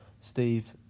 Steve